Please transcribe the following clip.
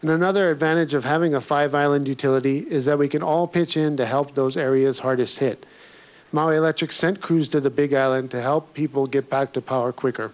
and another advantage of having a five island utility is that we can all pitch in to help those areas hardest hit my electric send crews to the big island to help people get back to power quicker